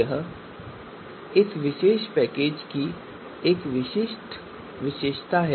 यह इस विशेष पैकेज की एक विशिष्ट विशेषता है